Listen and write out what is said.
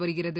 வருகிறது